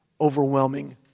overwhelming